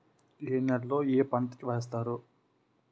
ఏ నేలలో ఏ పంట వేస్తారు?